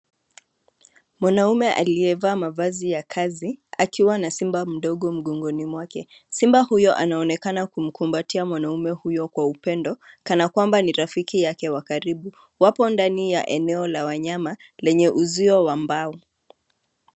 Mwanaume aliyevaa mavazi ya kazi akiwa na simba mdogo mgongoni mwake, simba huyo anaonekana kumkumbatia mwanaume huyo kwa upendo kana kwamba ni rafiki yake wa karibu. Wapo ndani ya eneo la wanyama lenye uzio wa mbao.